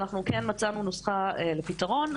אנחנו כן מצאנו נוסחה לפתרון,